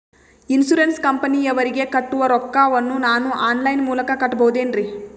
Insurance ಕಂಪನಿಯವರಿಗೆ ಕಟ್ಟುವ ರೊಕ್ಕ ವನ್ನು ನಾನು ಆನ್ ಲೈನ್ ಮೂಲಕ ಕಟ್ಟಬಹುದೇನ್ರಿ?